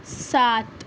سات